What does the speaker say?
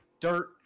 dirt